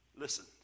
Listen